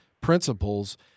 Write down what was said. principles